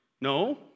No